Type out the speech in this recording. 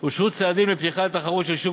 על כך אושרו צעדים לפתיחה לתחרות של שוק